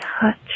touch